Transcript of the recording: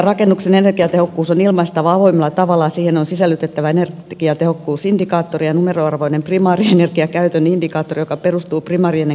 rakennuksen energiatehokkuus on ilmaistava avoimella tavalla ja siihen on sisällytettävä energiatehokkuusindikaattori ja numeroarvoinen primäärienergiankäytön indikaattori joka perustuu primäärienergian tekijöihin energiamuotoa kohden